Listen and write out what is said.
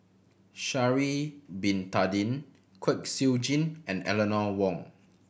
Sha'ari Bin Tadin Kwek Siew Jin and Eleanor Wong